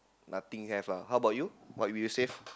nothing have lah how about you what would you save